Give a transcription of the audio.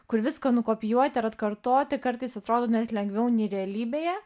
kur viską nukopijuoti ir atkartoti kartais atrodo net lengviau nei realybėje